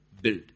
build